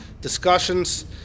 discussions